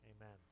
amen